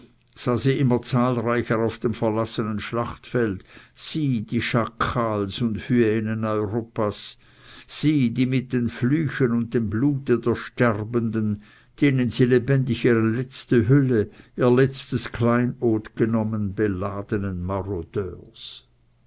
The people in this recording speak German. sie immer zahlreicher auf dem verlassenen schlachtfeld sie die schakals und hyänen europas sie die mit den flüchen und dem blute der sterbenden denen sie lebendig ihre letzte hülle ihr letztes kleinod genommen beladenen marodeurs